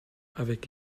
avec